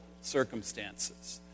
circumstances